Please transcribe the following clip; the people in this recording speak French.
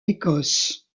écosse